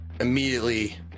immediately